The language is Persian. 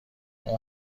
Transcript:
اون